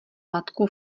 matku